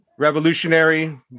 Revolutionary